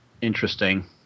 Interesting